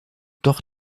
doch